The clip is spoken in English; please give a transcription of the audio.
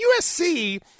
USC